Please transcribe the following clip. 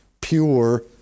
pure